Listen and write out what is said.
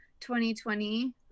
2020